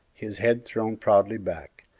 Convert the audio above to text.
his head thrown proudly back,